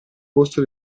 posto